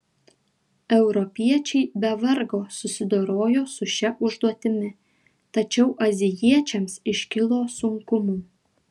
europiečiai be vargo susidorojo su šia užduotimi tačiau azijiečiams iškilo sunkumų